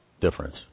difference